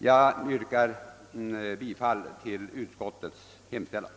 Jag yrkar bifall till utskottets hemställan.